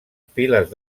piles